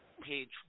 Page